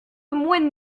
moins